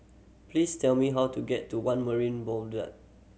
please tell me how to get to One Marin